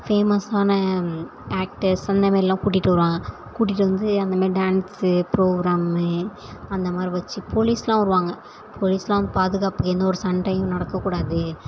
ஃபேமஸான ஆக்டர்ஸ் அந்த மாரிலாம் கூட்டிட்டு வருவாங்க கூட்டிட்டு வந்து அந்த மாரி டான்ஸு ப்ரோக்ராமு அந்த மாதிரி வெச்சி போலீஸுலாம் வருவாங்க போலீஸுலாம் பாதுகாப்புக்கு எந்த ஒரு சண்டையும் நடக்கக்கூடாது